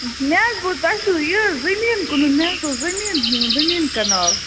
مےٚ حظ بوٗز تۄہہِ چھو یہِ زٔمیٖن کٕنُن زٔمیٖن کٕنال